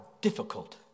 difficult